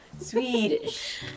Swedish